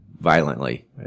violently